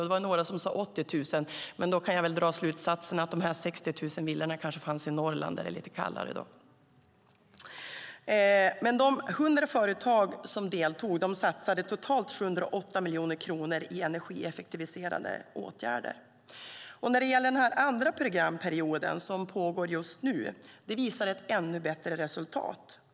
Det var några som sade 80 000, men då kan jag kanske dra slutsatsen att dessa 60 000 villor fanns i Norrland där det är lite kallare. De l00 företag som deltog satsade totalt 708 miljoner kronor på energieffektiviserande åtgärder. Den andra programperioden, som pågår just nu, visar ett ännu bättre resultat.